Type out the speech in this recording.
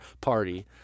party